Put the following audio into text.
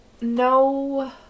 No